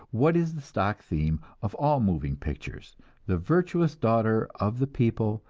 what is the stock theme of all moving pictures the virtuous daughter of the people,